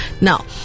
Now